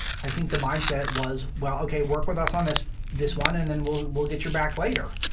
i think the mindset was, well, ok, work with us on this this one, and then we'll we'll get your back later.